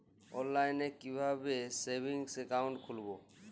অনলাইনে কিভাবে savings account খুলবো?